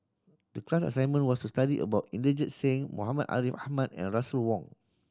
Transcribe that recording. the class assignment was to study about Inderjit Singh Muhammad Ariff Ahmad and Russel Wong